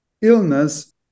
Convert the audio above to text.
illness